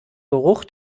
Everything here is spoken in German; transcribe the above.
geruch